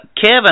Kevin